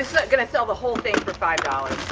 gonna sell the whole thing for five dollars.